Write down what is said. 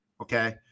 Okay